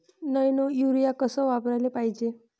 Nano urea कस वापराले पायजे?